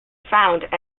founded